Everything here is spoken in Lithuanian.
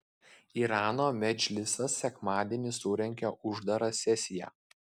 irano medžlisas sekmadienį surengė uždarą sesiją